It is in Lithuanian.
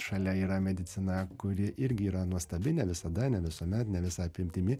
šalia yra medicina kuri irgi yra nuostabi ne visada ne visuomet ne visa apimtimi